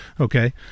Okay